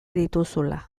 dituzula